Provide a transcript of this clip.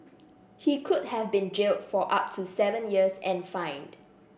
he could have been jailed for up to seven years and fined